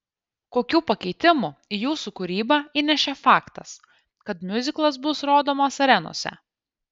kokių pakeitimų į jūsų kūrybą įnešė faktas kad miuziklas bus rodomas arenose